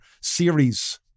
series